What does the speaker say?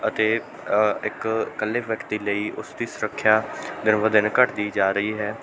ਅਤੇ ਇੱਕ ਇਕੱਲੇ ਵਿਅਕਤੀ ਲਈ ਉਸ ਦੀ ਸੁਰੱਖਿਆ ਦਿਨ ਵ ਦਿਨ ਘੱਟਦੀ ਜਾ ਰਹੀ ਹੈ